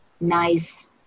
nice